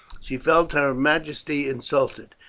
she felt her majesty insulted,